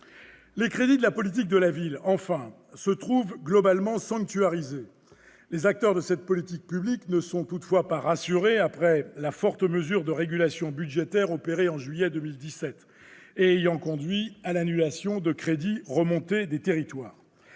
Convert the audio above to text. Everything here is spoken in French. les crédits de la politique de la ville se trouvent globalement sanctuarisés. Les acteurs de cette politique publique ne sont toutefois pas rassurés, après la forte mesure de régulation budgétaire opérée au mois de juillet 2017 et ayant conduit à l'annulation de crédits remontés des territoires.